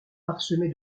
parsemé